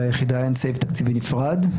ליחידה אין סעיף תקציבי נפרד,